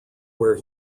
where